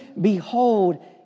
behold